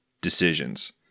decisions